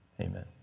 Amen